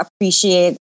appreciate